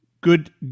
Good